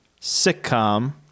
sitcom